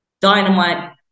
dynamite